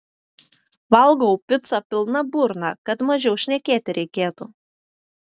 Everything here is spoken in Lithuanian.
valgau picą pilna burna kad mažiau šnekėti reikėtų